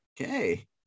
Okay